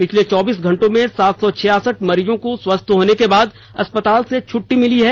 पिछले चौबीस घंटों में सात सौ छियासठ मरीजों को स्वस्थ होने के बाद अस्पताल से छूट्टी मिली है